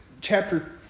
chapter